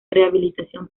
rehabilitación